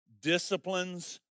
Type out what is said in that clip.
disciplines